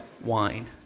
wine